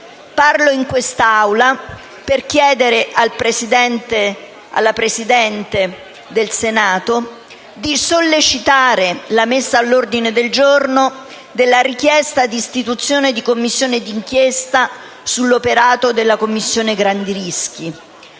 Parlo in quest'Aula per chiedere alla Presidenza del Senato di sollecitare la messa all'ordine del giorno della richiesta di istituzione di una Commissione d'inchiesta sull'operato della commissione grandi rischi.